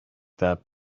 that